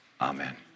amen